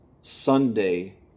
Sunday